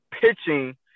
pitching